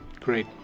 Great